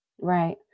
Right